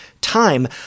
time